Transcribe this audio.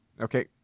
Okay